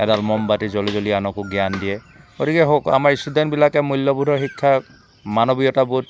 এডাল মমবাতি জ্বলি জ্বলি আনকো জ্ঞান দিয়ে গতিকে হওক আমাৰ ষ্টুডেণ্টবিলাকে মূল্যবোধৰ শিক্ষা মানৱীয়তাবোধ